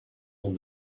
dans